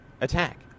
attack